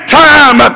time